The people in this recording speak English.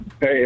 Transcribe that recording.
Hey